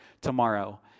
tomorrow